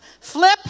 Flip